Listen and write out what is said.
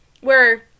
where-